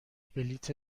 بلیط